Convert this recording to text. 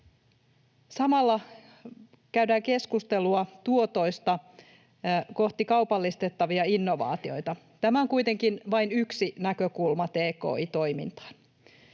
Samalla käydään keskustelua tuotoista kohti kaupallistettavia innovaatioita. Tämä on kuitenkin vain yksi näkökulma tki-toimintaan.